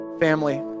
family